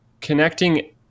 connecting